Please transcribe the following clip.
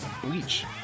Bleach